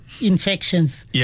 infections